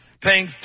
paying